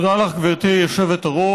תודה לך, גברתי היושבת-ראש.